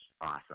awesome